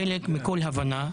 אנחנו רוצים להיות חלק מכל הבנה.